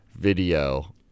video